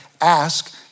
Ask